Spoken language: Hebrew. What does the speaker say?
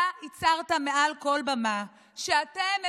אתה הצהרת מעל כל במה שאתם,